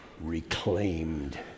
reclaimed